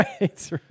right